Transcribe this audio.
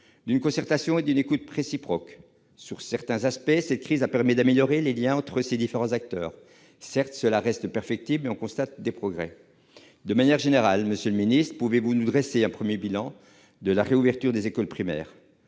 à la concertation et à une écoute réciproque. Sous certains aspects, cette crise a permis d'améliorer les liens entre ces différents acteurs. Certes, cela reste perfectible, mais on constate des progrès. De manière générale, monsieur le ministre, pouvez-vous nous dresser un premier bilan de la réouverture des écoles primaires ?